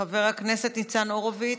חבר הכנסת ניצן הורוביץ,